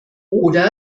oder